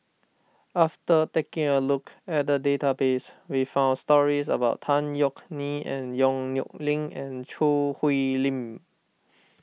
after taking a look at the database we found stories about Tan Yeok Nee and Yong Nyuk Lin and Choo Hwee Lim